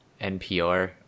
npr